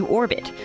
orbit